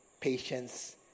patience